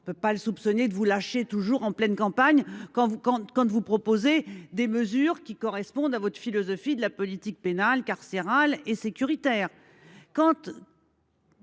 On ne peut pas le soupçonner de vous lâcher toujours en pleine campagne quand vous proposez des mesures qui correspondent à votre philosophie de la politique pénale, carcérale et sécuritaire…